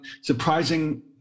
surprising